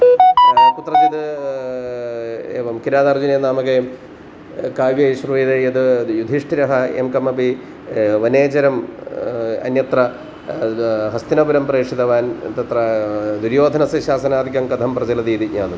कुत्र चित् एवं किरातार्जुनीयं नामक काव्ये यत् श्रूयते यत्द् युधिष्ठिरः यं कमपि वनेचरम् अन्यत्र हस्तिनपुरं प्रेषितवान् तत्र दुर्योधनस्य शासनादिकं कथं प्रचलति इति ज्ञातुम्